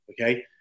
Okay